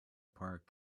park